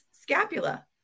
scapula